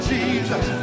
Jesus